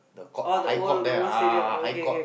the court uh High Court there ah High Court